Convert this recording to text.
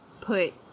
put